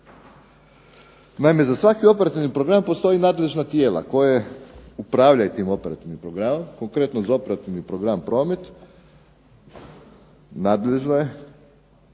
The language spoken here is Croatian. Naime za svaki operativni program postoje nadležna tijela koje upravljaju tim operativnim programom, konkretno za operativni program promet, nadležno je